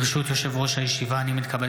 אני קובע